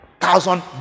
thousand